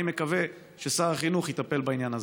אני מקווה ששר החינוך יטפל בעניין הזה.